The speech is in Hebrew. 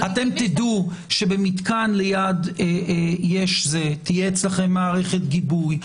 אתם תדעו שבמתקן ליד תהיה מערכת גיבוי אצלכם.